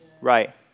Right